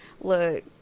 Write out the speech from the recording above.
Look